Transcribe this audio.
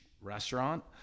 restaurant